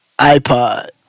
iPod